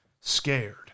scared